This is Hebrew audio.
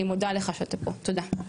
אני מודה לך שאתה פה תודה.